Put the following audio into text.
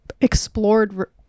explored